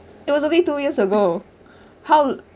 it was only two years ago how